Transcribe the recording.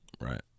Right